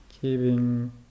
keeping